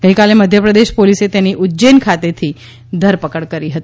ગઈકાલે મધ્યપ્રદેશ પોલીસે તેની ઉજ્જૈન ખાતેથી ધરપકડ કરી હતી